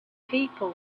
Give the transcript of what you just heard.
people